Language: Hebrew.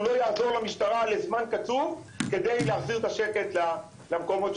לא יעזור למשטרה לזמן קצוב כדי להחזיר את השקט למקומות.